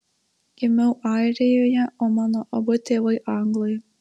gimiau airijoje o mano abu tėvai anglai